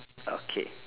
okay